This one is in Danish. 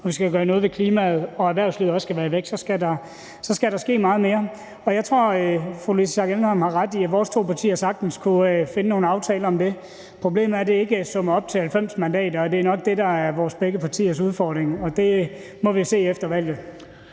vi skal gøre noget ved klimaet og erhvervslivet også skal være i vækst, skal der ske meget mere, og jeg tror, at fru Louise Schack Elholm har ret i, at vores to partier sagtens kunne lave nogle aftaler om det. Problemet er, at det ikke summer op til 90 mandater, og det er nok det, der er begge vores partiers udfordring, og det må vi se på efter valget.